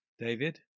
David